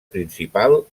principal